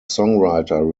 songwriter